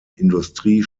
industrie